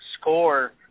score